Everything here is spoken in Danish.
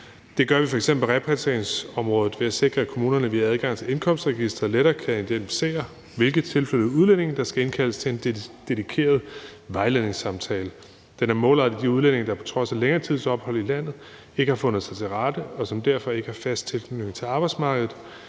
Det gør vi f.eks. på repatrieringsområdet ved at sikre, at kommunerne via adgang til indkomstregistret lettere kan identificere, hvilke tilflyttede udlændinge der skal indkaldes til en dedikeret vejledningssamtale. Den er målrettet de udlændinge, der på trods af længere tids ophold i landet ikke har fundet sig til rette, og som derfor ikke har fast tilknytning til arbejdsmarkedet.